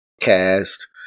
cast